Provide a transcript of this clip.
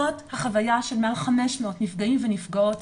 זאת החוויה של מעל 500 נפגעים ונפגעות,